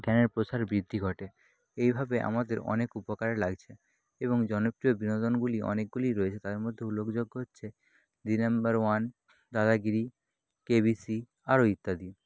জ্ঞানের প্রসার বৃদ্ধি ঘটে এইভাবে আমাদের অনেক উপকারে লাগছে এবং জনপ্রিয় বিনোদনগুলি অনেকগুলিই রয়েছে তাদের মধ্যে উল্লেখযোগ্য হচ্ছে Didi number one Dadagiri KBC আরও ইত্যাদি